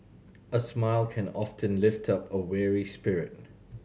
a smile can often lift up a weary spirit